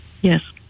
Yes